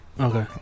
Okay